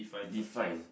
define